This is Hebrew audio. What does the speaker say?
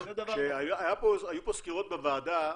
היו פה סקירות בוועדה,